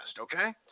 Okay